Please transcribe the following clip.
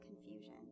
confusion